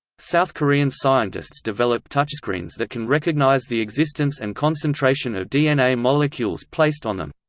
south korean scientists develop touchscreens that can recognise the existence and concentration of dna molecules placed on them.